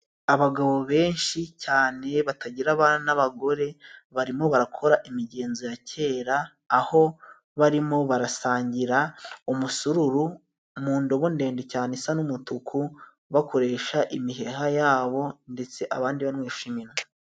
Abagabo benshi cyane batagira abana n'abagore barimo barakora imigenzo ya kera, aho barimo barasangira umusururu mu ndobo ndende cyane isa n'umutuku, bakoresha imiheha yabo ndetse abandi banwesha iminwa.